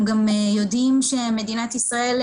אנחנו גם יודעים שמדינת ישראל,